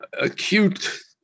acute